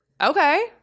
Okay